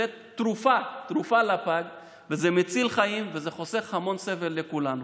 זו תרופה לפג וזה מציל חיים וזה חוסך המון סבל לכולנו.